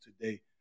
today